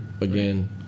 again